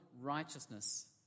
righteousness